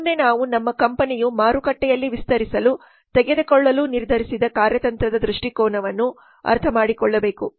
ಮುಂದೆ ನಾವು ನಮ್ಮ ಕಂಪನಿಯು ಮಾರುಕಟ್ಟೆಯಲ್ಲಿ ವಿಸ್ತರಿಸಲು ತೆಗೆದುಕೊಳ್ಳಲು ನಿರ್ಧರಿಸಿದ ಕಾರ್ಯತಂತ್ರದ ದೃಷ್ಟಿಕೋನವನ್ನು ಅರ್ಥಮಾಡಿಕೊಳ್ಳಬೇಕು